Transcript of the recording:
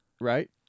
right